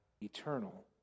eternal